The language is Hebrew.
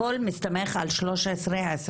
הכול מסתמך על 1325,